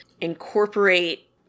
incorporate